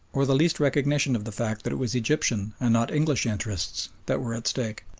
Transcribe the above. or the least recognition of the fact that it was egyptian and not english interests that were at stake.